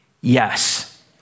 yes